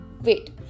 Wait